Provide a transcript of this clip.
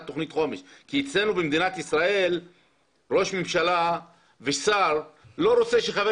תוכנית חומש כי אצלנו במדינת ישראל ראש ממשלה ושר לא רוצים שחבר